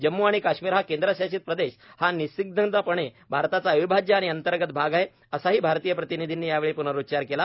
जम्मू आणि काश्मीर हा केंद्रशासित प्रदेश हा निःसंदिग्धपणे भारताचा अविभाज्य आणि अंतर्गत भाग आहे असाही भारतीय प्रतिनिधींनी यावेळी प्नरूच्चार केला